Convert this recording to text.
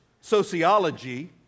sociology